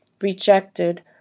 rejected